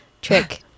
trick